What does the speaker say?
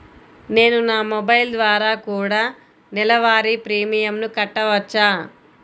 నేను నా మొబైల్ ద్వారా కూడ నెల వారి ప్రీమియంను కట్టావచ్చా?